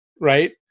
right